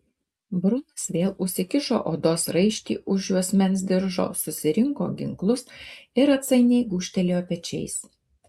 brunas vėl užsikišo odos raištį už juosmens diržo susirinko ginklus ir atsainiai gūžtelėjo pečiais